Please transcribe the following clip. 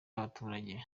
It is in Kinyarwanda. y’abaturage